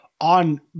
on